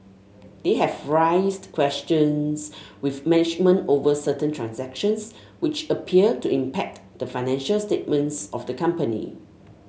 they have raised questions with management over certain transactions which appear to impact the financial statements of the company